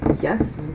Yes